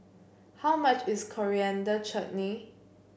how much is Coriander Chutney